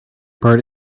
part